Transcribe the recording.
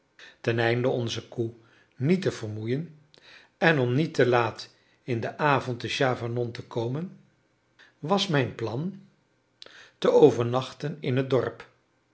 teneinde onze koe niet te vermoeien en om niet te laat in den avond te chavanon te komen was mijn plan te overnachten in het dorp